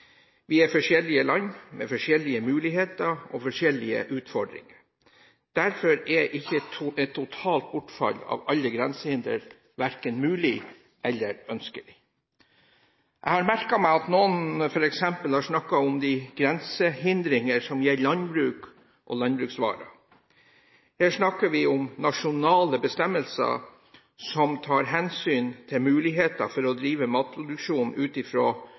Vi er forskjellige land med forskjellige muligheter og forskjellige utfordringer. Derfor er ikke et totalt bortfall av alle grensehinder verken mulig eller ønskelig. Jeg har merket meg at noen f.eks. har snakket om de grensehindringer som gjelder landbruk og landbruksvarer. Her snakker vi om nasjonale bestemmelser som tar hensyn til mulighetene for å drive matproduksjon ut